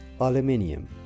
aluminium